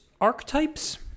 archetypes